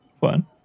fun